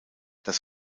das